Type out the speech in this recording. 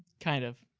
kind of.